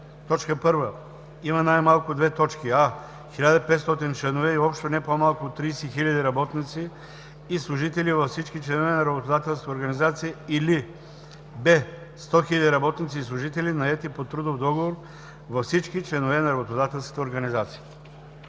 така: „1. има най-малко: а) 1500 членове и общо не по-малко от 30 000 работници и служители във всички членове на работодателската организация; или б) 100 000 работници и служители, наети по трудов договор, във всички членове на работодателската организация;”.